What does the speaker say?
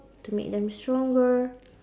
to make them stronger